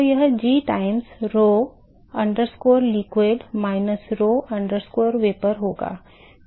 तो यह g times rho liquid minus rho vapor होगा